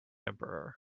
emperor